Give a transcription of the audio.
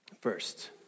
First